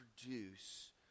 produce